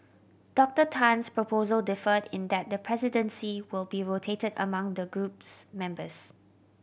Doctor Tan's proposal differed in that the presidency will be rotated among the group's members